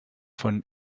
von